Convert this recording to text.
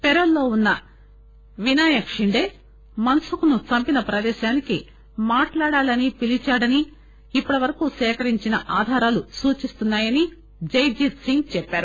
పెరోల్లో ఉన్న వినాయక్ షిండే మసుఖ్ను చంపిన ప్రదేశానికి మాట్టాడాలాని పిలిచాడని ఇప్పటి వరకు సేకరించిన ఆధారాలు సూచిస్తున్నా యని జైజీత్ సింగ్ చెప్పారు